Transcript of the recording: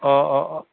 অঁ অঁ অঁ